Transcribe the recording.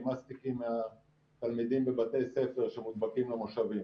עם מסטיקים מהתלמידים בבתי ספר שמודבקים למושבים.